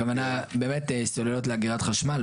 הכוונה באמת לסוללות לאגירת חשמל,